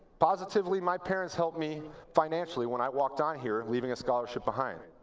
positively, my parents helped me financially when i walked on here, leaving a scholarship behind.